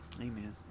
Amen